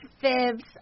fibs